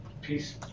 Peace